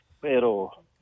Pero